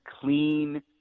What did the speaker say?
clean